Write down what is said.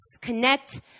connect